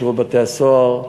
לשירות בתי-הסוהר,